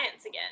again